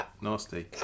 nasty